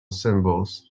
symbols